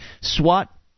SWAT